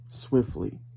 swiftly